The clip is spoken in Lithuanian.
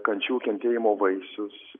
kančių kentėjimo vaisius